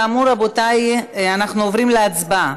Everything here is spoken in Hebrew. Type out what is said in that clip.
כאמור, רבותי, אנחנו עוברים להצבעה.